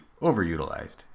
overutilized